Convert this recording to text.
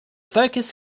focused